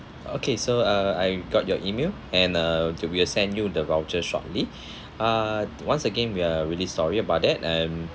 okay so uh I got your email and uh to we'll send you the voucher shortly ah once again we are really sorry about that um